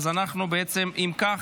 אם כך,